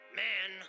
man